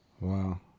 wow